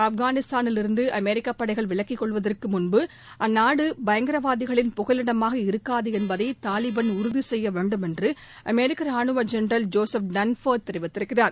ஆப்கானிஸ்தானிலிருந்து அமெரிக்க படைகள் விலக்கிக் கொள்வதற்கு முன்பு அந்நாடு பயங்கரவாதிகளின் புகலிடமாக இருக்காது என்பதை தாலிபான் உறுதிசெய்ய வேண்டும் என்று அமெரிக்க ராணுவ ஜெனரல் ஜோசப் டன்போர்டு கூறியிருக்கிறார்